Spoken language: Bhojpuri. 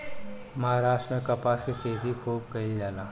महाराष्ट्र में कपास के खेती खूब कईल जाला